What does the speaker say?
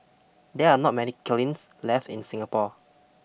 there are not many klins left in Singapore